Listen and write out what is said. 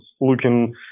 looking